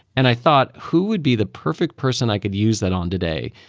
and i thought. who would be the perfect person i could use that on today.